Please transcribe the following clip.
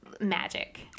magic